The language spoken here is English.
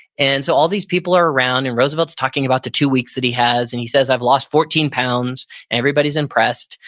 and so all these people are around, and roosevelt is talking about the two weeks that he has and he says i've lost fourteen pounds and everybody is impressed.